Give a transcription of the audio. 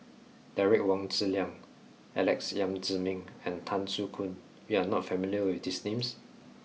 Derek Wong Zi Liang Alex Yam Ziming and Tan Soo Khoon you are not familiar with these names